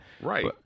right